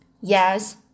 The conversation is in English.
Yes